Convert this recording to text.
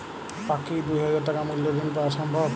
পাক্ষিক দুই হাজার টাকা মূল্যের ঋণ পাওয়া সম্ভব?